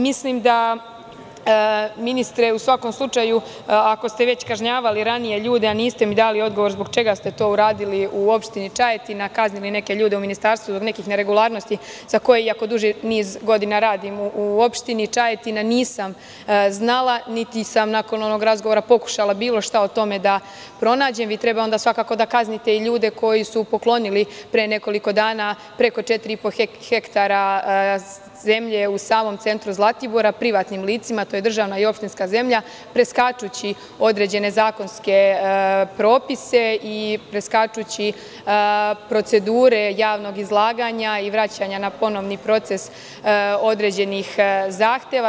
Mislim da, ministre, ako ste već ranije kažnjavali ljude, a niste mi dali odgovor zbog čega ste to uradili u opštini Čajetina, kaznili neke ljude u ministarstvu zbog nekih neregularnosti, za koje iako duži niz godina radim u opštini Čajetina nisam znala, niti sam nakon onog razgovora pokušala bilo šta o tome da pronađem, onda svakako treba da kaznite i ljude koji su poklonili pre nekoliko dana preko 4,5 hektara zemlje u samom centru Zlatibora privatnim licima, a to je državna i opštinska zemlja, preskačući određene zakonske propise i preskačući procedure javnog izlaganja i vraćanja na ponovni proces određenih zahteva.